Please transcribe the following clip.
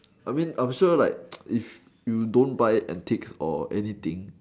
I mean I'm sure like if you don't buy antiques or anything